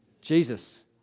Jesus